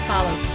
Follow